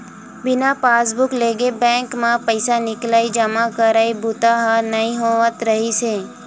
बिना पासबूक लेगे बेंक म पइसा निकलई, जमा करई बूता ह नइ होवत रिहिस हे